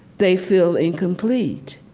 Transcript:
they feel incomplete,